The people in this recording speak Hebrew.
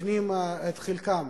ונותנים את חלקם